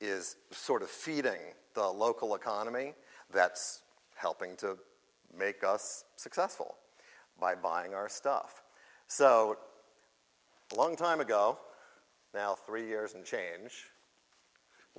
is sort of feeding the local economy that's helping to make us successful by buying our stuff so long time ago now three years and change